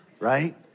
right